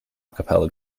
capella